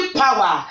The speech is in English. power